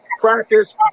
practice